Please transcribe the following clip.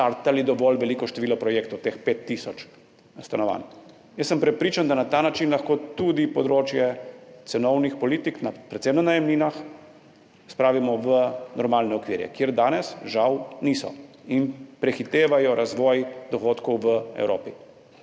štartali dovolj veliko število projektov, teh 5 tisoč stanovanj. Prepričan sem, da na ta način lahko tudi področje cenovnih politik predvsem na najemninah spravimo v normalne okvire, kjer danes žal niso in prehitevajo razvoj dogodkov v Evropi.